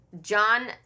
John